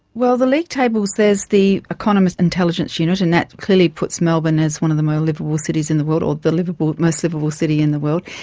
well, the league tables, there's the economist intelligence unit and that clearly puts melbourne as one of the more liveable cities in the world or the most liveable city in the world,